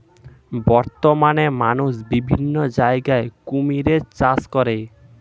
বর্তমানে মানুষ বিভিন্ন জায়গায় কুমিরের চাষ করে